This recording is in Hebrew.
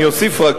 אני אוסיף רק,